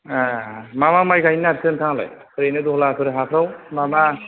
मा मा माइ गायनो नागेरखो नोंथाङालाय ओरैनो दहलाफोर हाफ्राव माबा